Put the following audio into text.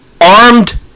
armed